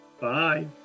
Bye